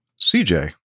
CJ